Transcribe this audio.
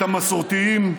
את המסורתיים,